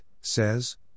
says